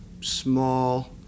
small